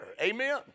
Amen